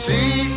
See